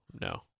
No